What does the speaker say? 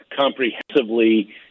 comprehensively